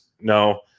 No